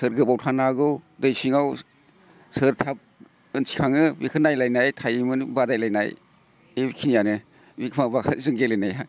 सोर गोबाव थानो हागौ दै सिङाव सोर थाब सिखाङो बेखौ नायलायनाय थायोमोन बादायलायनाय बिखिनियानो बे माबाखो जों गेलेनाया